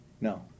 No